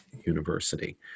university